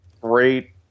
great